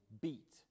beat